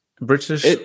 British